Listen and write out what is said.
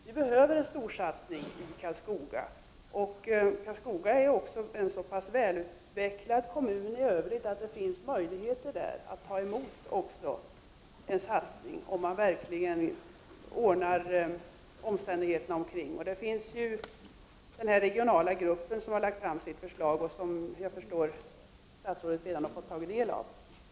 Det behövs alltså en storsatsning i Karlskoga, som ju i Övrigt är en så pass välutvecklad kommun att det där finns möjligheter att ta emot en satsning om omständigheterna verkligen ordnas. Den regionala gruppen har nu lagt fram sitt förslag, och jag har förstått att statsrådet redan har fått ta del av detta.